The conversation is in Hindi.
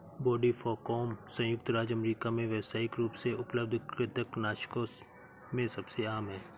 ब्रोडीफाकौम संयुक्त राज्य अमेरिका में व्यावसायिक रूप से उपलब्ध कृंतकनाशकों में सबसे आम है